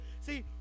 See